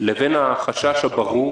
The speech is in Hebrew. לבין החשש הברור